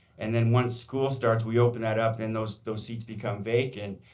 and then once school starts, we open that up, then those those seats become vacant.